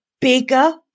bigger